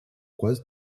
quase